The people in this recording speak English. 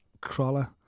Crawler